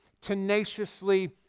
tenaciously